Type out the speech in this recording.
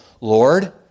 Lord